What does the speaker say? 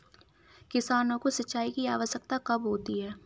किसानों को सिंचाई की आवश्यकता कब होती है?